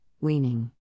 weaning